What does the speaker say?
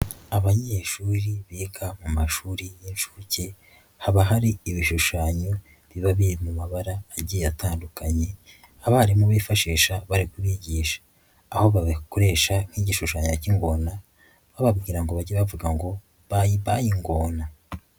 Abanyeshuri biga mu mashuri y'incuke haba hari ibishushanyo biba biri mu mabara agiye atandukanye abarimu bifashisha bari kubigisha, aho bakoresha nk'igishushanyo cy'ingona bababwira ngo bajye bavuga ngo bayibayi ingona.